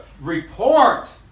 Report